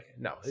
no